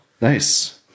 nice